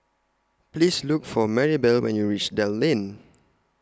Please Look For Marybelle when YOU REACH Dell Lane